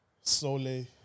Sole